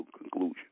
conclusion